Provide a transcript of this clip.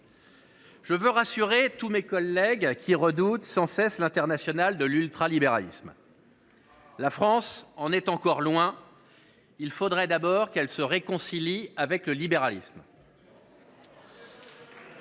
Je veux rassurer tous mes collègues qui redoutent sans cesse « l’Internationale de l’ultralibéralisme ». La France en est encore loin ! Il faudrait d’abord qu’elle se réconcilie avec le libéralisme.